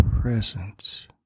presence